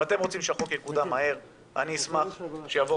אתם רוצים שהחוק יקודם מהר אני אשמח שהוא יעבור